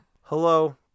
hello